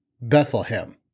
Bethlehem